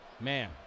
Man